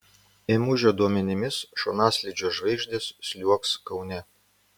ėmužio duomenimis šonaslydžio žvaigždės sliuogs kaune